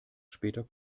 später